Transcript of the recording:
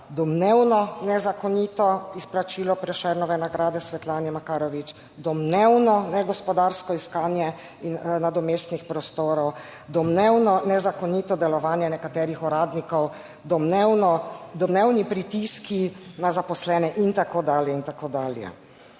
domnevno nezakonito izplačilo Prešernove nagrade Svetlani Makarovič, domnevno negospodarsko iskanje nadomestnih prostorov, domnevno nezakonito delovanje nekaterih uradnikov, domnevno, domnevni pritiski na zaposlene in tako dalje in tako dalje.